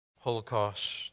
holocaust